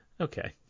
Okay